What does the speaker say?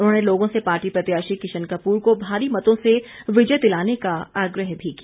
उन्होंने लोगों से पार्टी प्रत्याशी किशन कपूर को भारी मतों से विजय दिलाने का आग्रह भी किया